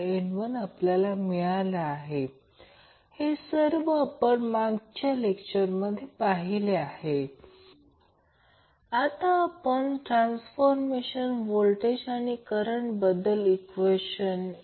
5 Ω दिले आहे C16 microfarad आणि C2 12 microfarad L125 millihenry आणि L215 मिली हेन्री